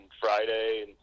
Friday